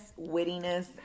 wittiness